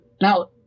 now